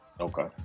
Okay